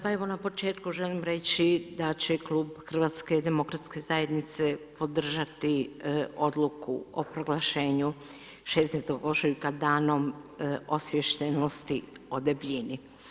Pa evo na početku želim reći da će Klub HDZ-a podržati odluku o proglašenju 16. ožujka danom osviještenosti o debljini.